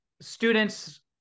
students